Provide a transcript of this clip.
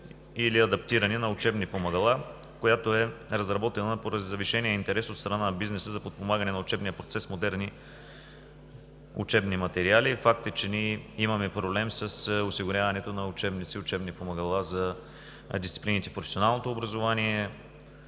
или адаптиране на учебни помагала, която е разработена, поради завишения интерес от страна на бизнеса за подпомагане на учебния процес с модерни учебни материали. Факт е, че ние имаме проблем с осигуряването на учебници и учебни помагала за дисциплините в професионалното образование